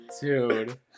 dude